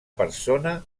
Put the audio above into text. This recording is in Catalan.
persona